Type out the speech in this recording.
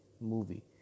movie